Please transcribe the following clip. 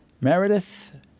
Meredith